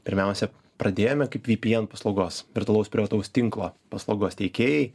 pirmiausia pradėjome kaip vpn paslaugos virtualaus privataus tinklo paslaugos teikėjai